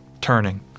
turning